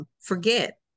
forget